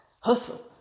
hustle